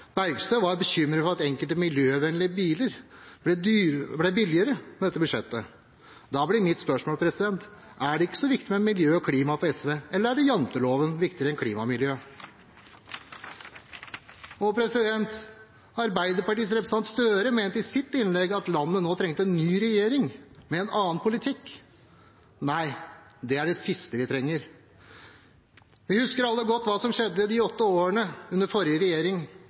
Bergstø var bekymret for at enkelte miljøvennlige biler ble billigere med dette budsjettet. Da blir mitt spørsmål: Er det ikke så viktig med miljø og klima for SV, eller er janteloven viktigere enn klima og miljø? Arbeiderpartiets representant Gahr Støre mente i sitt innlegg at landet nå trenger en ny regjering med en annen politikk. Nei, det er det siste vi trenger. Vi husker alle godt hva som skjedde de åtte årene under forrige regjering: